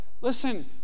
listen